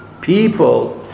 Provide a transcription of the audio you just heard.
people